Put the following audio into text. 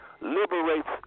liberates